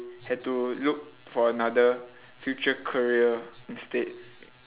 had to look for another future career instead